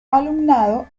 alumnado